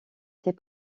ses